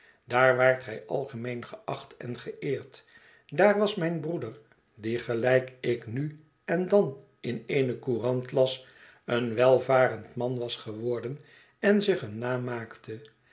daar waart gij algemeen geacht en geëerd daar was mijn broeder die gelijk ik nu en dan in eene courant las een welvarend man was geworden en zich een naam maakte